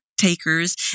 takers